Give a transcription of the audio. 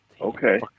Okay